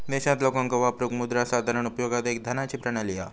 देशात लोकांका वापरूक मुद्रा साधारण उपयोगात एक धनाची प्रणाली हा